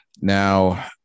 now